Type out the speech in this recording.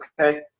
okay